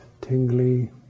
tingly